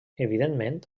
evidentment